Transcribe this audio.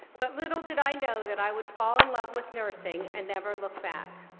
but little did i know that i would fall in love with nursing and never look back.